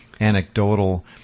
anecdotal